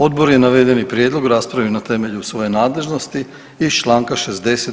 Odbor je navedeni prijedlog raspravio na temelju svoje nadležnosti iz čl. 60.